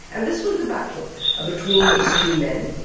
and this was the battle ah between these two men.